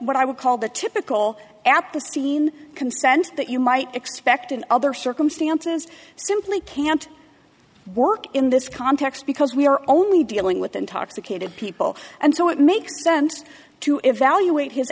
what i would call the typical apis teen consent that you might expect in other circumstances simply can't work in this context because we're only dealing with intoxicated people and so it makes sense to evaluate his